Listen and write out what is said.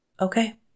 okay